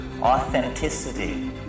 authenticity